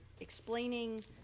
explaining